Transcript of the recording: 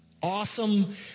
awesome